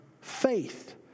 faith